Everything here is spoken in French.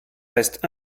restent